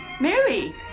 Mary